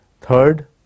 Third